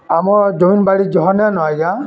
ଆମ ଜମି ବାଡ଼ି ଯହ ନାଇ ନ ଆଜ୍ଞା